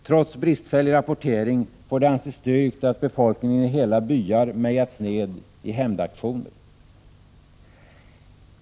Trots bristfällig rapportering får det anses styrkt att befolkningen i hela byar mejats ned i hämndaktioner.